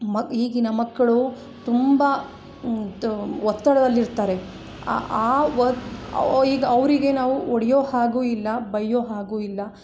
ಮ ಈಗಿನ ಮಕ್ಕಳು ತುಂಬ ಒತ್ತಡದಲ್ಲಿ ಇರ್ತಾರೆ ಆ ಒ ಈಗ ಅವರಿಗೆ ನಾವು ಹೊಡಿಯೋ ಹಾಗು ಇಲ್ಲ ಬಯ್ಯೋ ಹಾಗು ಇಲ್ಲ